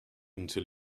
until